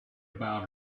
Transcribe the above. about